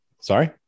sorry